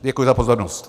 Děkuji za pozornost.